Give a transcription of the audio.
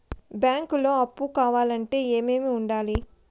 బ్యాంకులో అప్పు కావాలంటే ఏమేమి ఉండాలి?